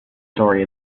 story